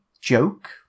joke